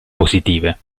positive